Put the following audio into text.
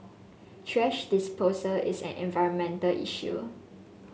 thrash disposal is an environmental issue